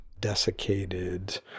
desiccated